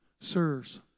Sirs